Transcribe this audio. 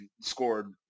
scored